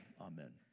amen